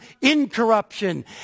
incorruption